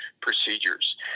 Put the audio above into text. procedures